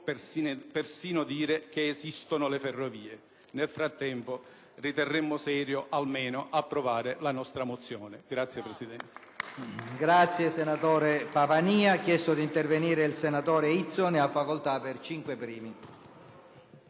persino dire che esistono le ferrovie. Nel frattempo, riterremmo serio almeno approvare la nostra mozione. *(Applausi